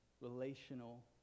relational